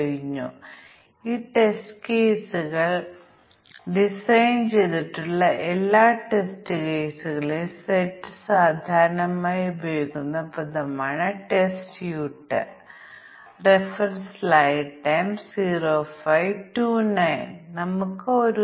അതിനാൽ ഈ ടെസ്റ്റിംഗിന്റെ ഉത്ഭവം അല്ലെങ്കിൽ പ്രാധാന്യം തുല്യതാ ക്ലാസുകളുടെ അതിരുകളിൽ പ്രോഗ്രാമറിൽ നിന്ന് ഒരു പ്രത്യേക പ്രോസസ്സിംഗ് അല്ലെങ്കിൽ പ്രത്യേക പരിഗണന ആവശ്യമാണ് അവൻ അത് ശ്രദ്ധിച്ചിട്ടുണ്ടോ എന്ന് നമ്മൾ എടുക്കേണ്ടതുണ്ട്